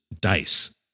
dice